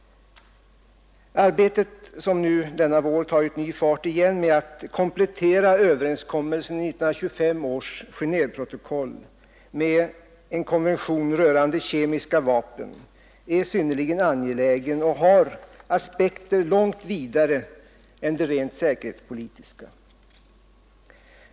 Arbetet, som denna vår tagit ny fart, med att komplettera överenskommelsen i 1925 års Genéveprotokoll med en konvention rörande kemiska vapen är synnerligen angeläget och har aspekter långt vidare än de rent säkerhetspolitiska.